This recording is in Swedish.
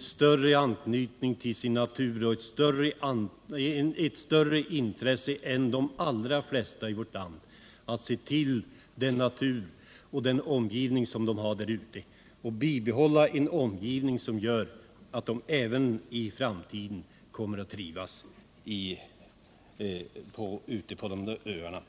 starkare anknytning till naturen och större intresse än de allra flesta i vårt land av att se till den natur de har och bibehålla sin omgivning sådan att de även i framtiden kan trivas ute på öarna.